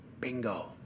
Bingo